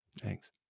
Thanks